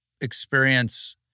experience